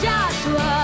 Joshua